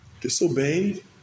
disobeyed